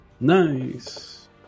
Nice